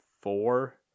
four